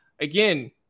again